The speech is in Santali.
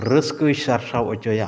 ᱨᱟᱹᱥᱠᱟᱹᱭ ᱥᱟᱨᱥᱟᱣ ᱚᱪᱚᱭᱟ